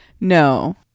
No